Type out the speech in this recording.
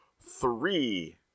three